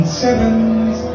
sevens